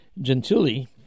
Gentili